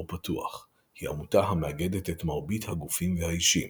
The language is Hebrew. פתוח היא עמותה המאגדת את מרבית הגופים והאישים